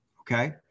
Okay